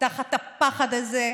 תחת הפחד הזה.